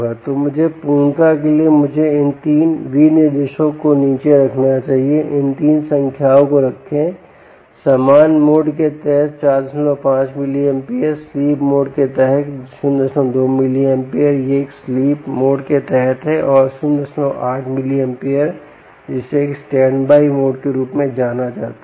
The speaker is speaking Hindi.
तो मुझे पूर्णता के लिए मुझे इन 3 विनिर्देशों को नीचे रखना चाहिए इन 3 संख्याओं को रखें सामान्य मोड के तहत 45 mA स्लीप मोड के तहत 02 mA यह एक स्लीप मोड के तहत है और 08 mA जिसे एक स्टैंडबाई मोड के रूप में जाना जाता है